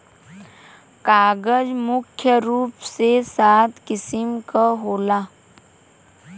कागज मुख्य रूप से सात किसिम क होला